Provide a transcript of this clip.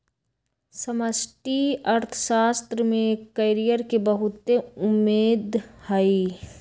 समष्टि अर्थशास्त्र में कैरियर के बहुते उम्मेद हइ